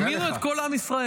הזמינו את כל עם ישראל.